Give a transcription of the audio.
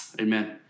amen